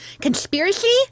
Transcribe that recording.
Conspiracy